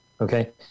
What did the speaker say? Okay